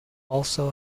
also